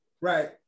Right